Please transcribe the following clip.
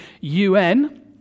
UN